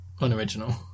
unoriginal